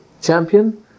champion